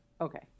okay